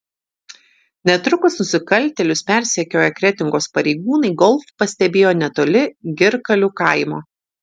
netrukus nusikaltėlius persekioję kretingos pareigūnai golf pastebėjo netoli girkalių kaimo